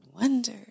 Wonder